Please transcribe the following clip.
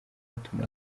batuma